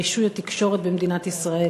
רישוי התקשורת במדינת ישראל